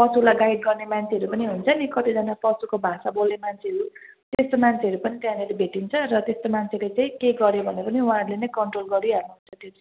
पशुलाई गाइड गर्ने मान्छेहरू पनि हुन्छ नि कतिजना पशुको भाषा बोल्ने मान्छेहरू त्यस्तो मान्छेहरू पनि त्यहाँनेरि भेटिन्छ र त्यस्तो मान्छेले चाहिँ केही गर्यो भने वहाँहरूले नै कन्ट्रोल गरिहाल्नु हुन्छ त्यो चाहिँ